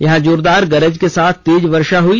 यहां जोरदार गरज के साथ तेज वर्षा हुई